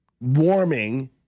warming